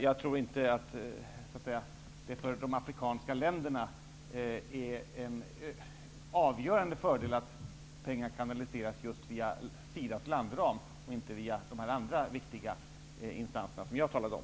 Jag tror inte att det för de afrikanska länderna är en avgörande fördel att pengar kanaliseras just via SIDA:s landram och inte via de andra viktiga instanser som jag har talat om.